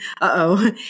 Uh-oh